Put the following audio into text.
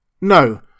No